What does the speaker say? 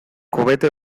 kohete